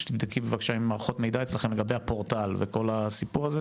תבדקי בבקשה עם מערכות מידע אצלכם לגבי הפורטל וכל הסיפור הזה.